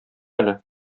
әле